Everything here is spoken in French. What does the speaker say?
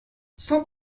cent